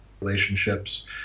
relationships